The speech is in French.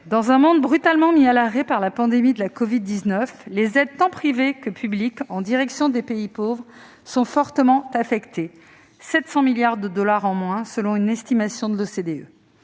dans un monde brutalement mis à l'arrêt par la pandémie de la covid-19, les aides tant privées que publiques en direction des pays pauvres sont fortement affectées : 700 milliards de dollars en moins selon une estimation de l'OCDE.